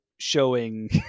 showing